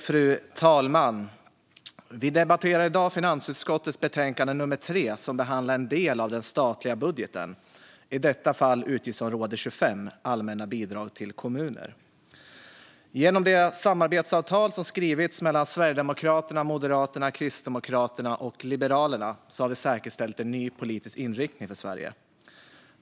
Fru talman! Vi debatterar i dag finansutskottets betänkande nummer 3, som behandlar en del av den statliga budgeten, i detta fall utgiftsområde 25 Allmänna bidrag till kommuner. Genom det samarbetsavtal som skrivits mellan Sverigedemokraterna, Moderaterna, Kristdemokraterna och Liberalerna har vi säkerställt en ny politisk inriktning för Sverige.